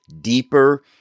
deeper